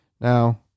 Now